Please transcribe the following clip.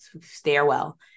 stairwell